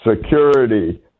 security